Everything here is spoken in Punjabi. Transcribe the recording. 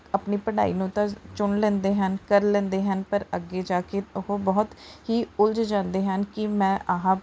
ਆਪਣੀ ਪੜ੍ਹਾਈ ਨੂੰ ਤਾਂ ਚੁਣ ਲੈਂਦੇ ਹਨ ਕਰ ਲੈਂਦੇ ਹਨ ਪਰ ਅੱਗੇ ਜਾ ਕੇ ਉਹ ਬਹੁਤ ਹੀ ਉਲਝ ਜਾਂਦੇ ਹਨ ਕਿ ਮੈਂ ਆਹ